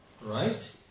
Right